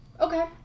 Okay